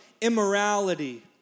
immorality